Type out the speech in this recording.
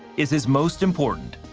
is his most important.